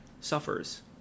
suffers